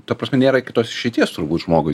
ta prasme nėra kitos išeities turbūt žmogui